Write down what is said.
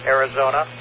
Arizona